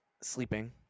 sleeping